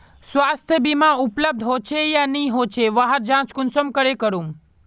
स्वास्थ्य बीमा उपलब्ध होचे या नी होचे वहार जाँच कुंसम करे करूम?